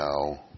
now